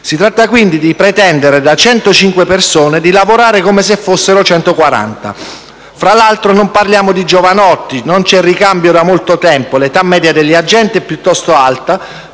Si tratta quindi di pretendere da 105 persone di lavorare come se fossero 140. Fra l'altro, non parliamo di giovanotti: non c'è ricambio da molto tempo e l'età media degli agenti è piuttosto alta.